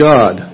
God